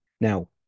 Now